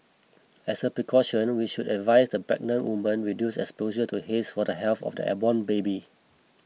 as a precaution we would advise that pregnant women reduce exposure to haze for the health of their unborn baby